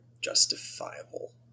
justifiable